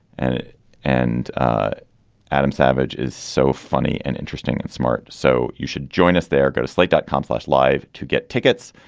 and it and adam savage is so funny and interesting and smart. so you should join us there. go to slate dot com slash live to get tickets.